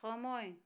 সময়